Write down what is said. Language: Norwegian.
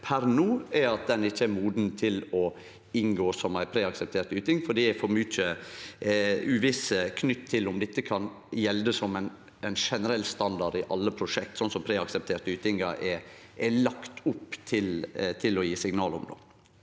per no at han ikkje er moden til å inngå som ei preakseptert yting, for det er for mykje uvisse knytt til om dette kan gjelde som ein generell standard i alle prosjekt, sånn som preaksepterte ytingar er lagde opp til å gje signal om.